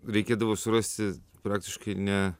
reikėdavo surasti praktiškai ne